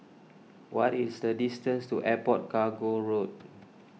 what is the distance to Airport Cargo Road